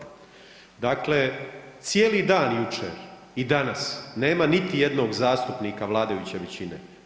Dakle, cijeli dan jučer i danas nema niti jednog zastupnika vladajuće većine.